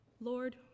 Lord